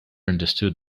understood